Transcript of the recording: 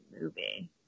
movie